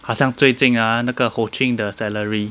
好像最近啊那个 ho ching 的 salary